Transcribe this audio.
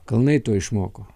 kalnai to išmoko